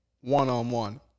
one-on-one